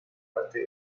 parte